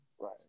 right